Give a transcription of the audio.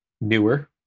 newer